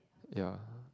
ya